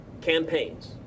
campaigns